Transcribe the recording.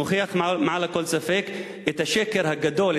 מוכיחה מעל לכל ספק את השקר הגדול,